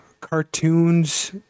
cartoons